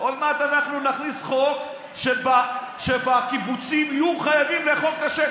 עוד מעט אנחנו נכניס חוק שבקיבוצים יהיו חייבים לאכול כשר,